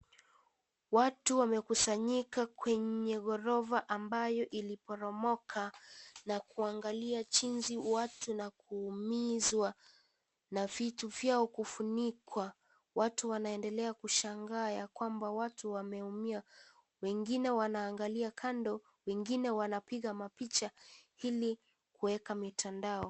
Watu wamekusanyika kwenye ghorofa ambayo iliporomoka na kuangalia jinsi watu na kuumizwa na vitu vyao kufunikwa. Watu wanaendelea kushangaa ya kwamba watu wameumia , wengine wanaangalia kando, wengine wanapiga mapicha ili kueka mitandao.